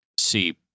see